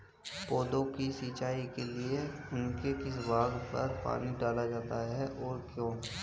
पौधों की सिंचाई के लिए उनके किस भाग पर पानी डाला जाता है और क्यों?